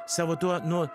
savo tuo nu